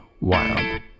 wild